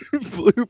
Blue